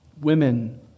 Women